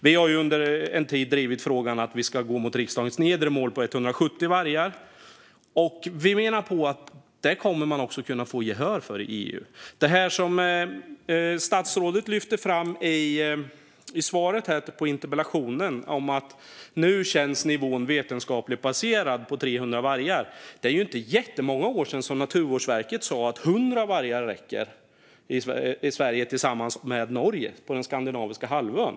Vi har under en tid drivit frågan om att gå mot riksdagens nedre mål om 170 vargar, och vi menar att man också kommer att kunna få gehör för detta i EU. I interpellationssvaret lyfte statsrådet fram att den nuvarande nivån på 300 vargar känns vetenskapligt baserad. Det är dock inte jättemånga år sedan Naturvårdsverket sa att 100 vargar räcker i Sverige tillsammans med Norge, alltså på den skandinaviska halvön.